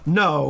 no